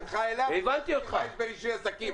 לדעת למה דרשו.